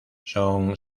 son